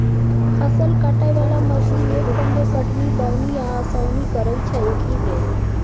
फसल काटय बला मशीन एक संगे कटनी, दौनी आ ओसौनी करय छै एकहि बेर